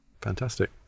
Fantastic